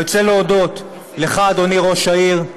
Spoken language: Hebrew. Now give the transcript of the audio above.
אני רוצה להודות לך, אדוני ראש העיר,